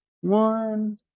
one